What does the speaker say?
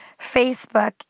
Facebook